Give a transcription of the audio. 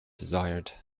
desired